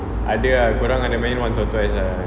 ada ah korang ada main once or twice lah